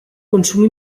consum